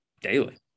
daily